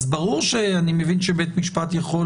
ברור שאני מבין שבית משפט יכול